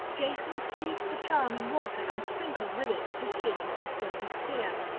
jason steeped the charm in water and sprinkled with it his shield and sturdy spear,